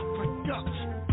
production